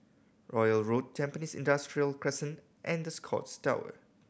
Royal Road Tampines Industrial Crescent and The Scotts Tower